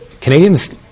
Canadians